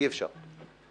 אי אפשר.